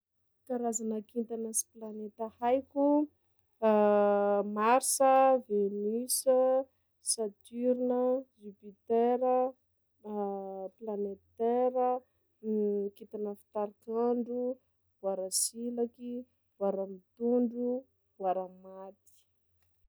Karazana kintana sy planeta haiko: mars, venus, saturne, jupiter, planete terre, kintana fitarikandro, boira silaky, boira mitôndro, boira maty.